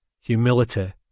Humility